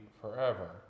forever